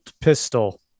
pistol